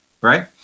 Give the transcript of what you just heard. right